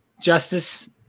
Justice